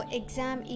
exam